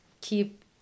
keep